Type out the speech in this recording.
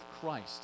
Christ